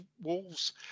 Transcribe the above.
Wolves